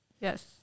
Yes